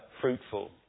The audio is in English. fruitful